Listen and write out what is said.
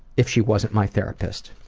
if she wasn't my therapist.